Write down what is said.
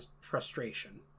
frustration